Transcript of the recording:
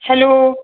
hello